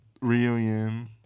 reunion